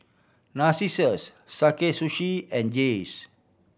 Narcissus Sakae Sushi and Jays